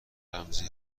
رمزی